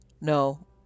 No